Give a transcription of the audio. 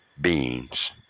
beings